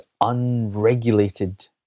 unregulated